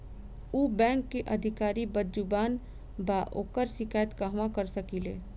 उ बैंक के अधिकारी बद्जुबान बा ओकर शिकायत कहवाँ कर सकी ले